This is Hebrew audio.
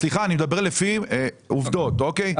מדבר עובדות.